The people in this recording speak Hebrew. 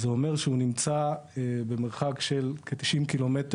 זה אומר שהוא נמצא במרחק של כ-90 ק"מ